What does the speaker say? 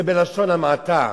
זה בלשון המעטה.